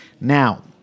Now